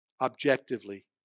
objectively